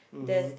mmhmm